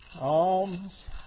Alms